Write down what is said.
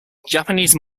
japanese